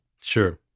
Sure